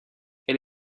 elle